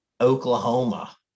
Oklahoma